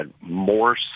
more